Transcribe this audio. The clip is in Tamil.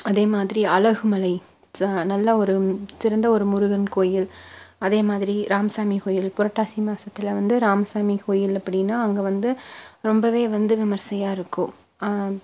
அதே மாதிரி அழகுமலை ச நல்ல ஒரு சிறந்த ஒரு முருகன் கோயில் அதே மாதிரி ராமசாமி கோயில் புரட்டாசி மாதத்தில் வந்து ராமசாமி கோயில் அப்படின்னா அங்கே வந்து ரொம்பவே வந்து விமர்சையாக இருக்கும்